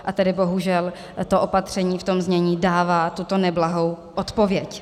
A tedy bohužel to opatření v tom znění dává tuto neblahou odpověď.